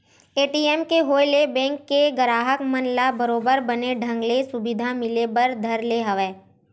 ATM के होय ले बेंक के गराहक मन ल बरोबर बने ढंग ले सुबिधा मिले बर धर ले हवय